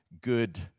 good